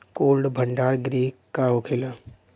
Cold भण्डार गृह का होखेला?